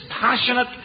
passionate